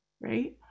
right